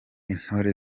intore